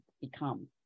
become